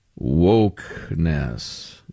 wokeness